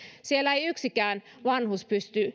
siellä ei yksikään vanhus